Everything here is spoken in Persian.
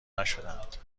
نشدهاند